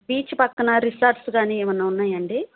beach పక్కన resorts కానీ ఏమన్నా ఉన్నాయండి